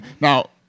Now